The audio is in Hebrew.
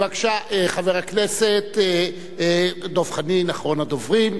בבקשה, חבר הכנסת דב חנין, אחרון הדוברים.